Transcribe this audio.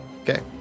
Okay